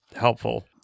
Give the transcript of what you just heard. helpful